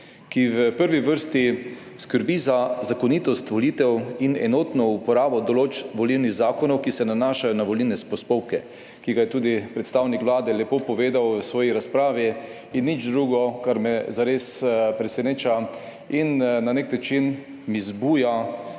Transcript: ki v prvi vrsti skrbi za zakonitost volitev in enotno uporabo določb volilnih zakonov, ki se nanašajo na volilne postopke, ki ga je tudi predstavnik Vlade lepo povedal v svoji razpravi in nič drugo, kar me zares preseneča in na nek način mi vzbuja